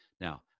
Now